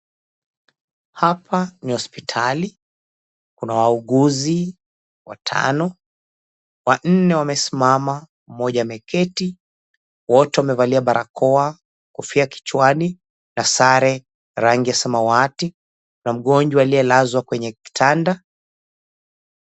Hapa ni hospitali, kuna wauguzi watano, wanne wamesimama, mmoja ameketi, wote wamevalia barakoa, kofia kichwani na sare rangi ya samawati. Kuna mgonjwa aliyelazwa kwenye kitanda.